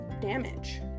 damage